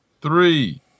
three